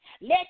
let